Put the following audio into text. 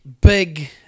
big